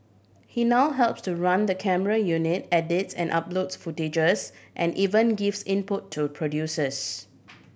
he now helps to run the camera unit edits and uploads footages and even gives input to producers